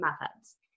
methods